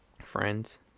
Friends